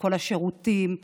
שכל השירותים הציבוריים,